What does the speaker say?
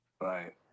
right